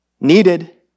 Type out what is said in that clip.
needed